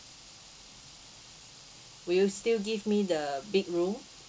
will you still give me the big room